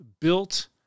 built